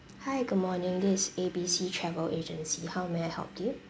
hi good morning this is A B C travel agency how may I help you